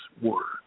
words